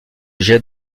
jette